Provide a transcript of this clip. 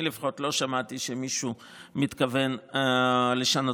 אני לפחות לא שמעתי שמישהו מתכוון לשנותו.